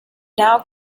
now